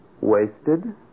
Wasted